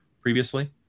previously